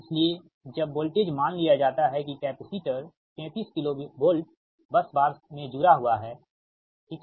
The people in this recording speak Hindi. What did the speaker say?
इसलिए जब वोल्टेज मान लिया जाता है कि कैपेसिटर 33 KV बस बार में जुड़ा हुआ है सही है